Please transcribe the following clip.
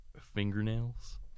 fingernails